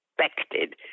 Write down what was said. expected